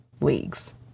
leagues